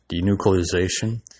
denuclearization